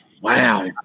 wow